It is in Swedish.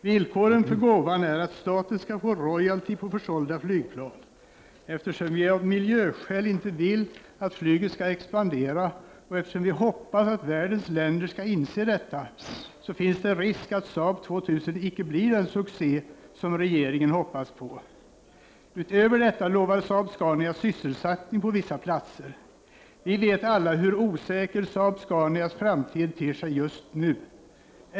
Villkoren för gåvan är att staten skall få royalty på försålda flygplan. Eftersom vi av miljöskäl inte vill att flyget skall expandera och eftersom vi hoppas att världens länder skall inse detta, finns det risk att Saab 2000 inte blir den succé som regeringen hoppas på. Utöver detta lovar Saab-Scania sysselsättning på vissa platser. Vi vet alla hur osäker Saab-Scanias framtid just nu ter sig.